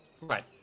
Right